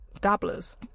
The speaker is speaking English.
dabblers